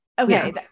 okay